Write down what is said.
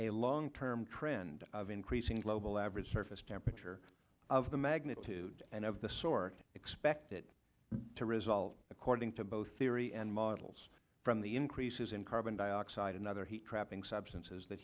a long term trend of increasing global average surface temperature of the magnitude and of the sort expected to result according to both theory and models from the increases in carbon dioxide and other heat trapping substances that